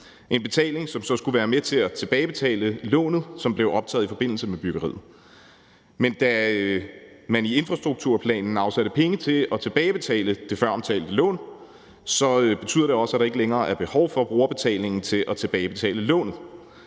en betaling, som så skulle være med til at tilbagebetale lånet, som blev optaget i forbindelse med byggeriet. Men da man i infrastrukturplanen afsatte penge til at tilbagebetale det føromtalte lån, betyder det også, at der ikke længere er behov for brugerbetalingen til at tilbagebetale lånet.